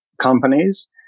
companies